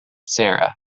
sarah